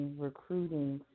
recruiting